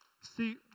See